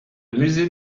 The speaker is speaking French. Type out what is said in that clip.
musée